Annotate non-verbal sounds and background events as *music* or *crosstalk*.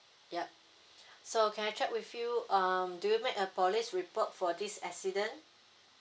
yup *breath* so can I check with you um do you make a police report for this accident